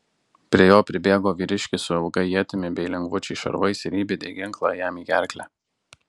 prie jo pribėgo vyriškis su ilga ietimi bei lengvučiais šarvais ir įbedė ginklą jam į gerklę